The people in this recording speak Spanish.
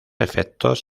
efectos